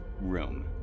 room